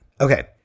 Okay